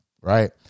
right